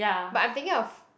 but I'm thinking of